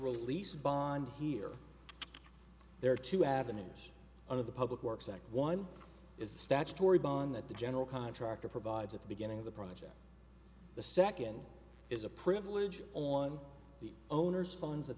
release bond here there are two avenues under the public works act one is a statutory bond that the general contractor provides at the beginning of the project the second is a privilege on the owner's phones